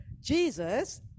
Jesus